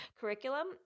curriculum